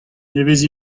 nevez